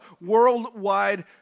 worldwide